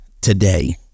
today